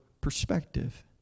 perspective